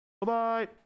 Bye-bye